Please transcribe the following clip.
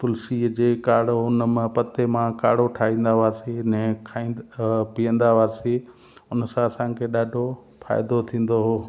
तुलसी जे काढ़ो उन मां पत्ते मां काढ़ो ठाहींदा हुआसीं ऐं खाईंदा पीअंदा हुआसीं उन सां असांखे ॾाढो फ़ाइदो थींदो हो